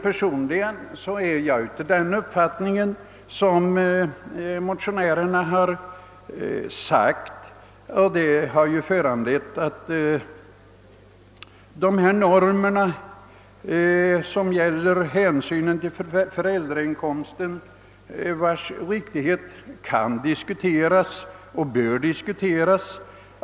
Personligen ansluter jag mig eljest till den uppfattning som motionärerna har framfört beträffande de normer som gäller och hänsynstagandet till den inkomst de studerandes föräldrar har. Riktigheten av de nuvarande normerna kan och bör diskuteras.